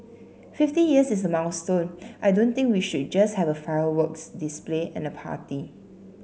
fifty years is a milestone I don't think we should just have a fireworks display and a party